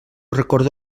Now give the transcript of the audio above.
recordo